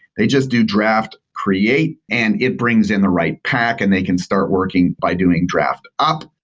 they just do draft create and it brings in the right pack and they can start working by doing draft up.